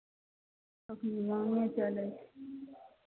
एखनि महंगे चलै छै